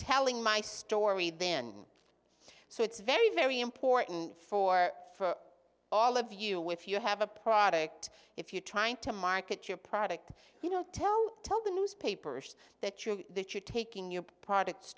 telling my story then so it's very very important for for all of you with if you have a product if you're trying to market your product you know tell tell the newspapers that you that you're taking new products